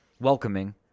welcoming